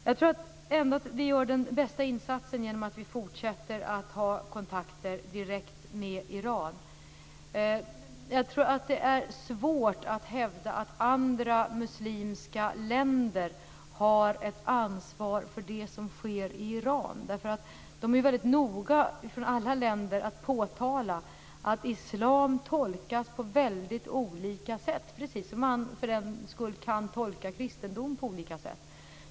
Jag tror att vi gör den bästa insatsen genom att vi fortsätter att ha kontakter direkt med Iran. Jag tror att det är svårt att hävda att andra muslimska länder har ett ansvar för det som sker i Iran. Man är väldigt noga från alla länder att påtala att islam tolkas på väldigt olika sätt, precis som man för den delen kan tolka kristendomen på olika sätt.